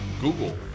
Google